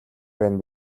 байна